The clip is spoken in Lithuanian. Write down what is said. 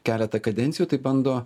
keletą kadencijų tai bando